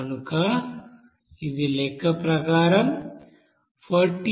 కనుక ఇది లెక్క ప్రకారం 45